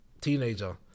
Teenager